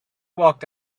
walked